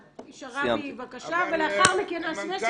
שרעבי, בבקשה, ולאחר מכן אסי מסינג.